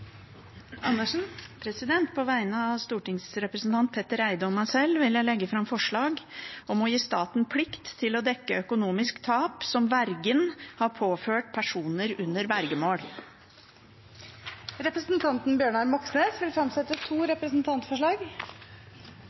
Andersen vil fremsette et representantforslag. På vegne av stortingsrepresentantene Petter Eide og meg sjøl vil jeg sette fram et forslag om gi staten plikt til å dekke økonomisk tap som vergen har påført personer under vergemål. Representanten Bjørnar Moxnes vil fremsette to representantforslag.